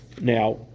Now